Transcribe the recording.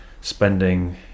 spending